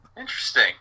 Interesting